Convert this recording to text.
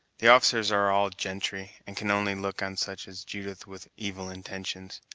the officers are all gentry, and can only look on such as judith with evil intentions.